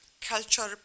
culture